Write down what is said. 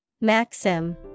maxim